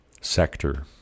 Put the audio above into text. sector